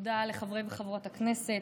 תודה לחברי וחברות הכנסת,